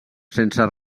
sense